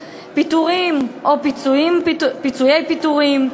5. פיטורים או פיצויי פיטורים,